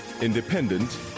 independent